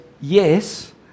yes